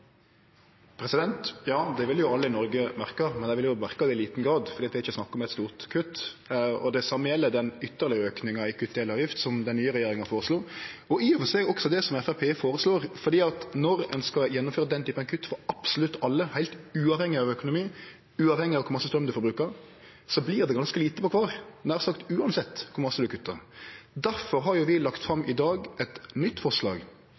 Ja, det ville jo alle i Noreg merka, men dei ville merka det i liten grad, for dette er ikkje snakk om eit stort kutt. Det same gjeld den ytterlegare auken i kutt i elavgift som den nye regjeringa føreslo, og i og for seg også det som Framstegspartiet føreslår, for når ein skal gjennomføre den typen kutt for absolutt alle, heilt uavhengig av økonomi, uavhengig av kor mykje straum ein forbrukar, vert det ganske lite på kvar, nær sagt uansett kor mykje ein kuttar. Difor har vi